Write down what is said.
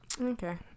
Okay